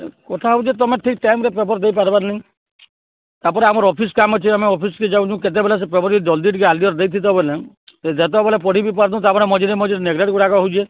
କଥା ହେଉଛେ ତମେ ଠିକ୍ ଟାଇମରେ ପେପର୍ ଦେଇ ପାରବାରନି ତାପରେ ଆମର ଅଫିସ୍ କାମ ଅଛି ଆମେ ଅଫିସ୍କେ ଯାଉଛୁ କେତେବେଳେ ସେ ପେପର ଜଲ୍ଦି ଟିକେ ଆଲ ଦେଇଥାନ ଯେତେବେଲେ ପଢ଼ି ବି ପାରୁନୁ ତାପରେ ମଝିରେ ମଝିରେ ନେଗ୍ଲେକ୍ଟ ଗୁଡ଼ାକ ହେଉଛେ